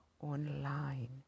online